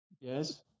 yes